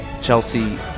Chelsea